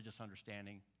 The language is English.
understanding